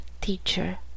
teacher